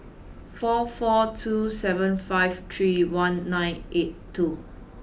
four four two seven five three one nine eight two